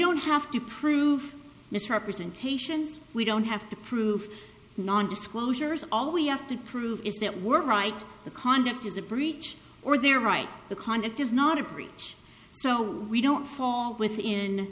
don't have to prove misrepresentations we don't have to prove non disclosures all we have to prove is that we're right the conduct is a breach or their right the conduct is not a breach so we don't fall within